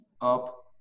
up